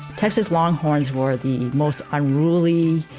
texas longhorns wore the most unruly,